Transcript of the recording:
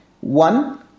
One